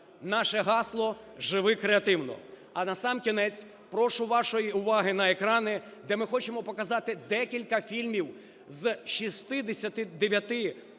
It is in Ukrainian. Наше гасло: живикреативно. А насамкінець прошу вашої уваги на екрани, де ми хочемо показати декілька фільмів з 69-и